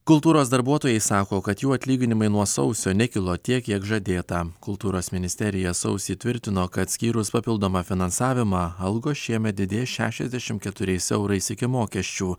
kultūros darbuotojai sako kad jų atlyginimai nuo sausio nekilo tiek kiek žadėta kultūros ministerija sausį tvirtino kad skyrus papildomą finansavimą algos šiemet didės šešiasdešim keturiais eurais iki mokesčių